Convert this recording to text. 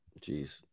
Jeez